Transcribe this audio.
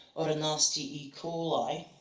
or a nasty e. coli,